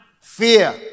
fear